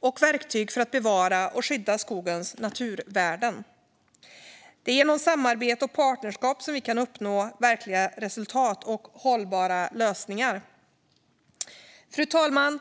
och verktyg för att bevara och skydda skogens naturvärden. Det är genom samarbete och partnerskap som vi kan uppnå verkliga resultat och hållbara lösningar. Fru talman!